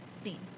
scene